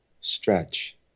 stretch